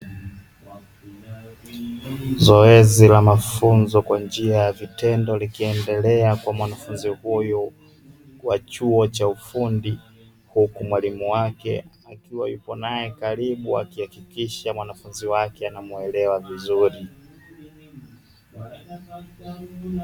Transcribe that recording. Zoezi la mafunzo kwa njia ya vitendo likiendelea kwa mwanafunzi huyu wa chuo cha ufundi, huku mwalimu wake akiwa yupo nae karibu akihakikisha mwanafunzi wake anamuelewa vizuri.